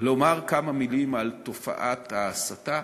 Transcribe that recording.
לומר כמה מילים על תופעת ההסתה,